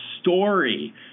story